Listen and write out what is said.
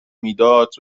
میداد